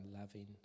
loving